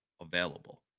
available